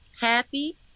happy